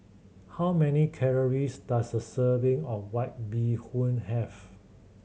how many calories does a serving of White Bee Hoon have